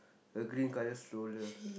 a green colour stroller